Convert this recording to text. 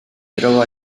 trovo